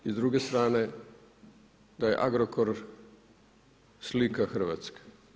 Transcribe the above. I s druge strane da je Agrokor slika Hrvatske.